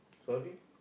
sorry